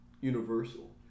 Universal